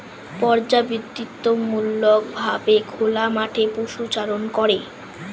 পর্যাবৃত্তিমূলক ভাবে খোলা মাঠে পশুচারণ করে